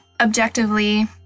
objectively